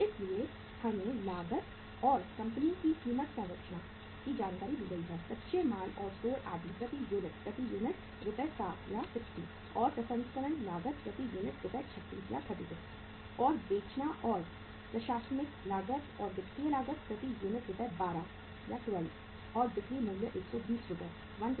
इसलिए हमें लागत और कंपनी की कीमत संरचना की जानकारी दी गई है कच्चे माल और स्टोर आदि प्रति यूनिट प्रति यूनिट रु 60 और प्रसंस्करण लागत प्रति यूनिट रु 36 और बेचना और प्रशासनिक लागत और वित्तीय लागत प्रति यूनिट रु12 और बिक्री मूल्य 120 रुपये है